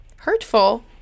Hurtful